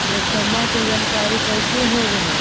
मौसमा के जानकारी कैसे होब है?